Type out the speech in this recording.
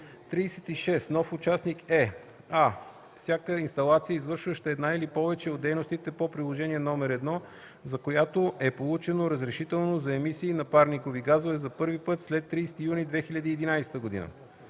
36. „Нов участник“ е: а) всяка инсталация, извършваща една или повече от дейностите по Приложение № 1, за която е получено разрешително за емисии на парникови газове за първи път след 30 юни 2011 г.;